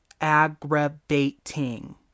aggravating